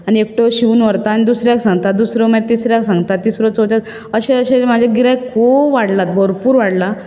आनी एकटो शिंवून व्हरता आनी दुसऱ्यांक सांगता दुसरो मागीर तिसऱ्यांक सांगता तिसरो चवथ्याक सांगता अशें अशें म्हजें गिरायक खूब वाडला भरपूर वाडला